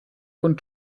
von